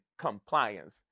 compliance